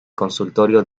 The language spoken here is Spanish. consultorio